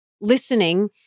listening